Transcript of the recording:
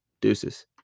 Deuces